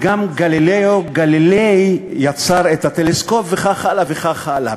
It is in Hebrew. גלילאו גליליי יצר את הטלסקופ, וכך הלאה וכך הלאה.